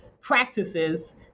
practices